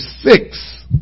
six